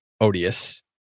odious